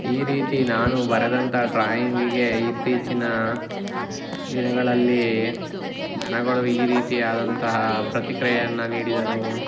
ಈ ರೀತಿ ನಾನು ಬರೆದಂಥ ಡ್ರಾಯಿಂಗಿಗೆ ಇತ್ತೀಚಿನ ದಿನಗಳಲ್ಲಿ ಜನಗಳು ಈ ರೀತಿ ಆದಂತಹ ಪ್ರತಿಕ್ರಿಯೆಯನ್ನು ನೀಡಿದರು